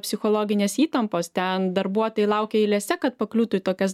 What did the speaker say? psichologinės įtampos ten darbuotojai laukia eilėse kad pakliūtų į tokias